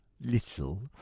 little